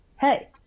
hey